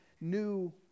new